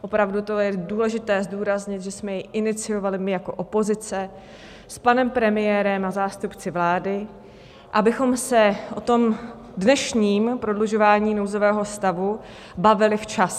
Opravdu to je důležité zdůraznit, že jsme jej iniciovali my jako opozice, s panem premiérem a zástupci vlády, abychom se o dnešním prodlužování nouzového stavu bavili včas.